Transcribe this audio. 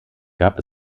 gab